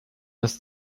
dass